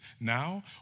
now